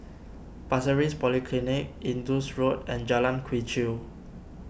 Pasir Ris Polyclinic Indus Road and Jalan Quee Chew